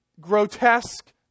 grotesque